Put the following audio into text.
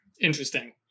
Interesting